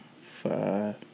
five